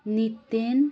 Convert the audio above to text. Niten